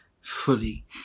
fully